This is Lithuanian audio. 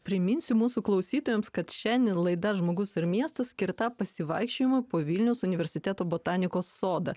priminsiu mūsų klausytojams kad šiandien laida žmogus ir miestas skirta pasivaikščiojimui po vilniaus universiteto botanikos sodą